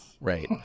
right